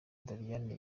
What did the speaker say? doriane